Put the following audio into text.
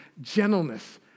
gentleness